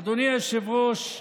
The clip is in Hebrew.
אדוני היושב-ראש,